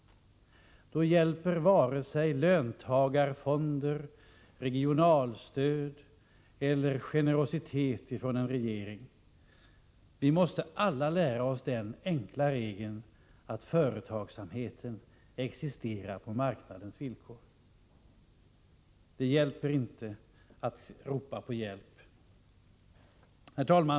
Då hjälper varken löntagarfonder, regionalstöd eller generositet från regeringen. Vi måste alla lära oss den enkla regeln att företagsamheten existerar på marknadens villkor. Det hjälper inte att ropa på hjälp. Herr talman!